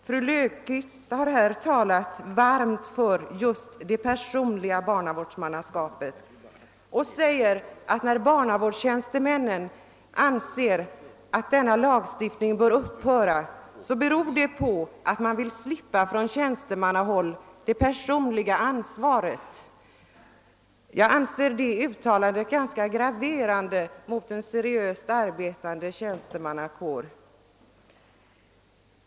Fru Löfqvist har talat varmt för det personliga barnavårdsmannaskapet och sagt att när barnavårdstjänstemännen anser att denna lagstiftning bör upphöra beror det på att man från tjänstemannahåll vill slippa det personliga ansvaret. Jag anser det uttalandet vara ganska graverande mot en seriöst arbetande tjänstemannakår.